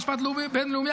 המשפט הבין-לאומי,